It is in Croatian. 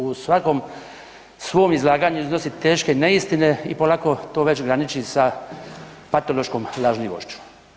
U svakom svom izlaganju iznosi teške neistine i polako to već graniči sa patološkom lažljivošću.